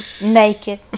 Naked